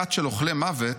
כת של אוכלי מוות,